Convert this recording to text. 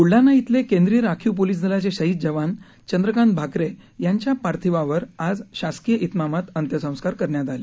बुलडाणा अले केंद्रीय राखीव पोलीस दलाचे शहीद जवान चंद्रकांत भाकरे यांच्या पार्थिवावर आज शासकीय त्रिमामात अंत्यसंस्कार करण्यात आले